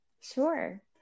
Sure